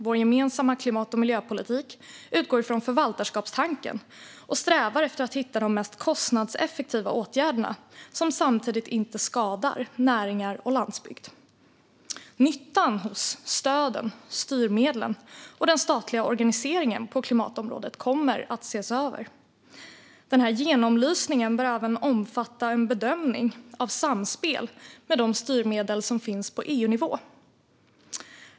Vår gemensamma klimat och miljöpolitik utgår från förvaltarskapstanken och strävar efter att hitta de mest kostnadseffektiva åtgärderna som samtidigt inte skadar näringar och landsbygd. Nyttan med stöden, styrmedlen och den statliga organiseringen på klimatområdet kommer att ses över. Denna genomlysning bör även omfatta en bedömning av samspelet med de styrmedel som finns på EU-nivå.